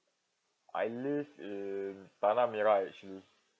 I live in tanah merah actually